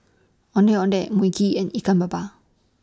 Ondeh Ondeh Mui Kee and Ikan Maba